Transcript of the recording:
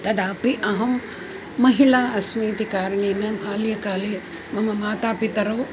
तदापि अहं महिला अस्मि इति कारणेन बाल्यकाले मम माता पितरौ